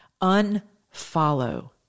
Unfollow